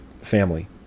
family